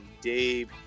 Dave